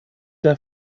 der